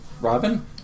Robin